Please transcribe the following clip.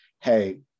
hey